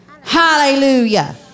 Hallelujah